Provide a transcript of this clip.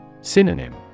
Synonym